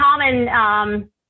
common